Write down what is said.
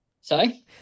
sorry